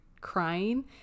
crying